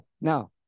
now